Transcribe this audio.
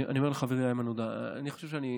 אני אומר לחברי איימן עודה: אני חושב שאני,